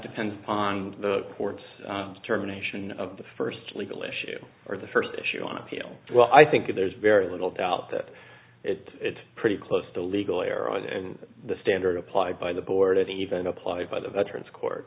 depends upon the court's terminations of the first legal issue or the first issue on appeal well i think there's very little doubt that it's pretty close to legal error and the standard applied by the board and even applied by the veterans court